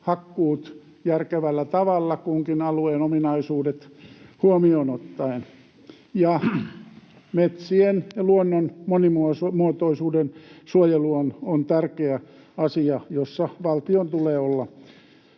hakkuut järkevällä tavalla kunkin alueen ominaisuudet huomioon ottaen. Metsien ja luonnon monimuotoisuuden suojelu on tärkeä asia, jossa valtion tulee olla